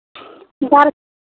दर